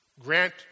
Grant